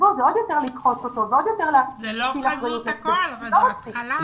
זאת לא חזות הכול אבל זאת התחלה.